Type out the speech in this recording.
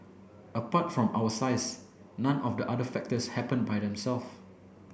apart from our size none of the other factors happened by them self